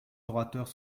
orateurs